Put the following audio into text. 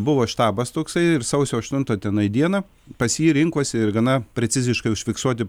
buvo štabas toksai ir sausio aštuntą tenai dieną pas jį rinkosi ir gana preciziškai užfiksuoti